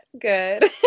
good